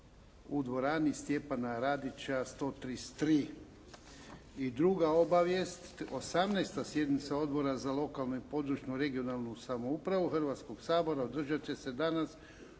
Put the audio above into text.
u dvorani "Stjepana Radića 133". I druga obavijest, 18. sjednica Odbora za lokalnu i područnu (regionalnu) samoupravu Hrvatskog sabora održati će se danas